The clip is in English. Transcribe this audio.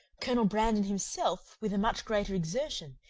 colonel brandon himself, with a much greater exertion,